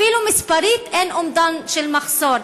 אפילו מספרית אין אומדן של מחסור.